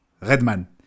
Redman